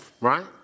Right